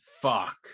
fuck